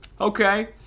Okay